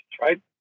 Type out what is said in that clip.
right